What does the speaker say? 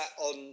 on